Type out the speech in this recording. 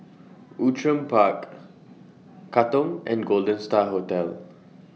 Outram Park Katong and Golden STAR Hotel